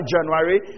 January